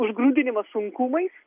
užgrūdinimas sunkumais